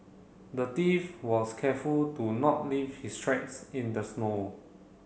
the thief was careful to not leave his tracks in the snow